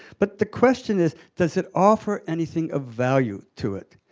but the question is, does it offer anything of value to it?